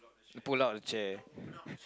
pull out the chair